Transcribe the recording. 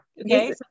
Okay